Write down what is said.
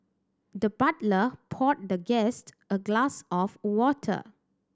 the butler poured the guest a glass of water